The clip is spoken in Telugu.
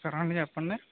నమస్కారం అండి చెప్పండి